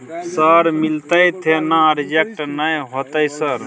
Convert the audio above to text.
Sir मिलते थे ना रिजेक्ट नय होतय सर?